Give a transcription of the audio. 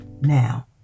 now